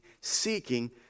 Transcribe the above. seeking